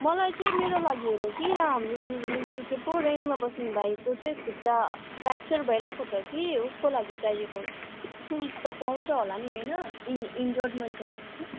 मलाई चाहिँ मेरो लागि होइन कि यहाँ हाम्रो के पो रेन्टमा बस्ने भाइको चाहिँ खुट्टा फ्याकचर भइरहेको छ कि उसको लागि चाहिएको सुज त पाउँछ होला नि होइन इन् इन्जर्ट मान्छेहरूको लागि